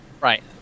Right